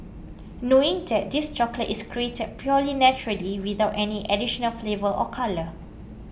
knowing that this chocolate is created purely naturally without any additional flavour or colour